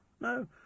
No